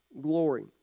glory